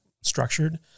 structured